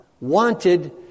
wanted